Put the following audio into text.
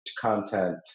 content